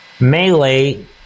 melee